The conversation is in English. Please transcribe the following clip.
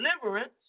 deliverance